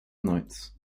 nights